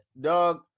dog